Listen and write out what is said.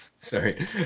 sorry